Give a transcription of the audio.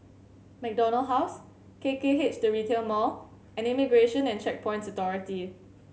MacDonald House K K H The Retail Mall and Immigration and Checkpoints Authority